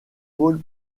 paul